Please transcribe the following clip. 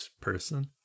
person